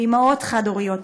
ואימהות חד-הורית,